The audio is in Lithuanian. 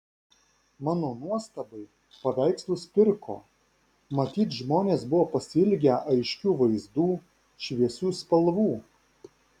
mano nuostabai paveikslus pirko matyt žmonės buvo pasiilgę aiškių vaizdų šviesių spalvų